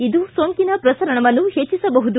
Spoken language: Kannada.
ಇದು ಸೋಂಕಿನ ಪ್ರಸರಣವನ್ನು ಹೆಚ್ಚಿಸಬಹುದು